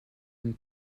une